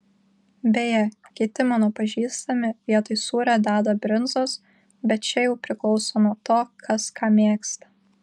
beje kiti mano pažįstami vietoj sūrio deda brinzos bet čia jau priklauso nuo to kas ką mėgsta